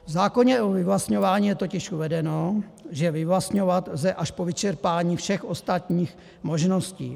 V zákoně o vyvlastňování je totiž uvedeno, že vyvlastňovat lze až po vyčerpání všech ostatních možností.